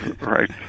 Right